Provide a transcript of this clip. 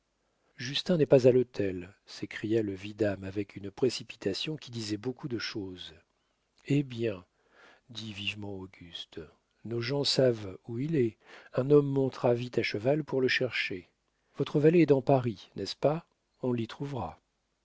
justin n'est pas à l'hôtel s'écria le vidame avec une précipitation qui disait beaucoup de choses hé bien dit vivement auguste nos gens savent où il est un homme montera vite à cheval pour le chercher votre valet est dans paris n'est-ce pas on l'y trouvera